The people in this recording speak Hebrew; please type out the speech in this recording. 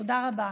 תודה רבה.